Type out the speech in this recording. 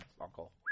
uncle